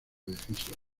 decisión